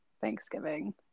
Thanksgiving